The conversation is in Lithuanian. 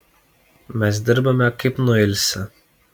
mes dirbame kaip nuilsę